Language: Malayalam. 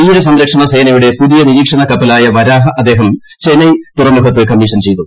തീര സംരക്ഷണ സേനയുടെ പുതിയ നിരീക്ഷണ കപ്പലായ വരാഹ അദ്ദേഹം ചെന്നൈ തുറമുഖത്ത് കമ്മീഷൻ ചെയ്തു